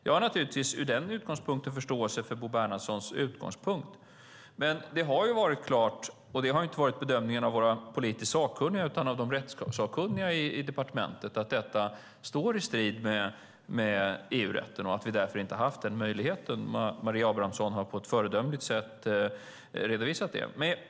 Jag har från den utgångspunkten naturligtvis förståelse för Bo Bernhardssons utgångspunkt, men det har varit klart - och det har inte varit bedömningen av våra politiskt sakkunniga utan av de rättssakkunniga i departementet - att detta står i strid med EU-rätten och att vi därför inte har haft denna möjlighet. Maria Abrahamsson har på ett föredömligt sätt redovisat detta.